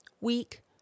weak